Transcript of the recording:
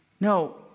No